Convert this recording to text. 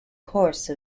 course